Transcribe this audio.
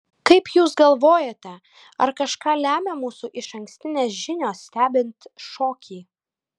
kaip jūs galvojate ar kažką lemia mūsų išankstinės žinios stebint šokį